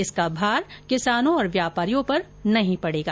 इसका भार किसानों और व्यापारियों पर नहीं पड़ेगा